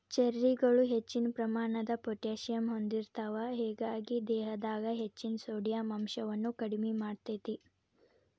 ಚೆರ್ರಿಗಳು ಹೆಚ್ಚಿನ ಪ್ರಮಾಣದ ಪೊಟ್ಯಾಸಿಯಮ್ ಹೊಂದಿರ್ತಾವ, ಹೇಗಾಗಿ ದೇಹದಾಗ ಹೆಚ್ಚಿನ ಸೋಡಿಯಂ ಅಂಶವನ್ನ ಕಡಿಮಿ ಮಾಡ್ತೆತಿ